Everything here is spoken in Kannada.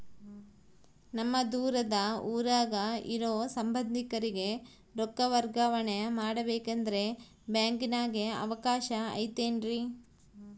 ನಮ್ಮ ದೂರದ ಊರಾಗ ಇರೋ ಸಂಬಂಧಿಕರಿಗೆ ರೊಕ್ಕ ವರ್ಗಾವಣೆ ಮಾಡಬೇಕೆಂದರೆ ಬ್ಯಾಂಕಿನಾಗೆ ಅವಕಾಶ ಐತೇನ್ರಿ?